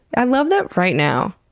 i love that right now,